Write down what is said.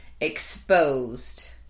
exposed